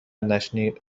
نشریات